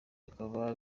bakaba